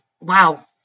Wow